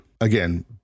again